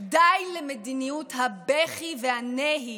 די למדיניות הבכי והנהי.